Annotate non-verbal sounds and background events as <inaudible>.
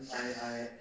<noise>